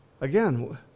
Again